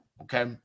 okay